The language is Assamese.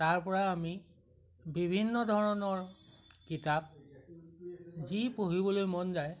তাৰ পৰা আমি বিভিন্ন ধৰণৰ কিতাপ যি পঢ়িবলৈ মন যায়